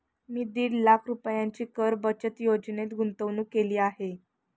मी दीड लाख रुपयांची कर बचत योजनेत गुंतवणूक केली आहे